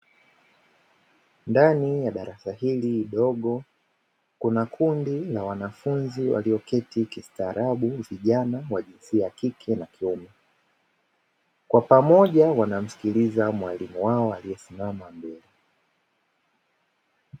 Ndani ya darasa hili dogo, kuna kundi la wanafunzi walioketi kistaarabu vijana wa jinsia ya kike na kiume. Kwa pamoja wanamsikiliza mwalimu wao aliyesimama mbele.